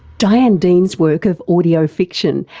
diane dean's work of audio fiction,